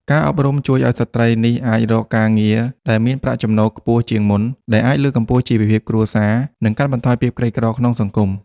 ការអប់រំជួយឲ្យស្ត្រីនេះអាចរកការងារដែលមានប្រាក់ចំណូលខ្ពស់ជាងមុន ដែលអាចលើកកម្ពស់ជីវភាពគ្រួសារ និងកាត់បន្ថយភាពក្រីក្រក្នុងសង្គម។